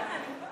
למה?